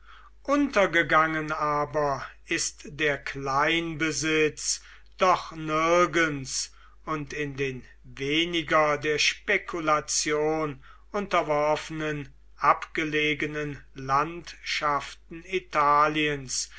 untergegangen aber ist der kleinbesitz doch nirgends und in den weniger der spekulation unterworfenen abgelegenen landschaften italiens